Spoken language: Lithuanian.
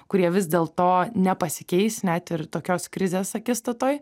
kurie vis dėl to nepasikeis net ir tokios krizės akistatoj